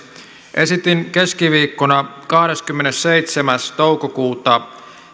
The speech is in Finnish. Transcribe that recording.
esitin keskiviikkona kahdeskymmenesseitsemäs toukokuuta